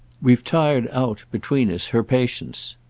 we've tired out, between us, her patience.